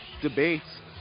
debates